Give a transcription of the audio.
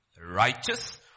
righteous